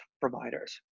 providers